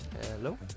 Hello